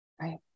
Right